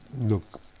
look